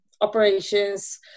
operations